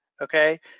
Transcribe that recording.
Okay